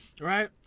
Right